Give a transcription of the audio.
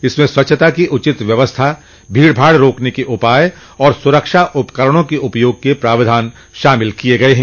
इसमें स्वच्छता की उचित व्यवस्था भीड़भाड़ रोकने के उपाय और सुरक्षा उपकरणों उपयोग के प्रावधान शामिल किये गये हैं